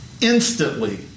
instantly